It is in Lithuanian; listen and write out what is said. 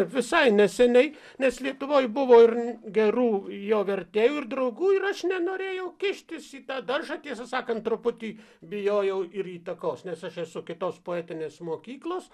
visai neseniai nes lietuvoj buvo ir gerų jo vertėjų ir draugų ir aš nenorėjau kištis į tą daržą tiesą sakant truputį bijojau ir įtakos nes aš esu kitos poetinės mokyklos